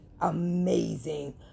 amazing